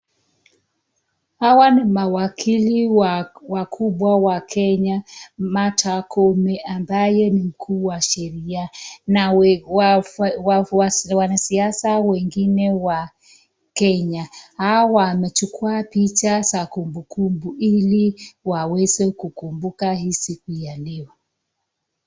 Hawa ni mawakili wakubwa wa Kenya, Martha Koome ambaye ni mkuu wa sheria na wanasiasa wengine wa Kenya, hawa wanachukua picha za kumbukumbu ili waweze kukumbuka hii siku ya leo.